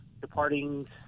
departing